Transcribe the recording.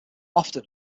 often